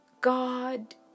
God